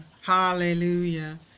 Hallelujah